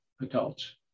adults